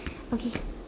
okay